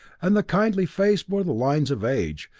and the kindly face bore the lines of age,